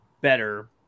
better